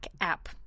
app